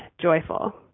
joyful